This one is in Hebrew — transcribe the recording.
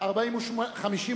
רבותי חברי הכנסת,